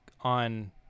on